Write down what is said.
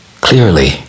clearly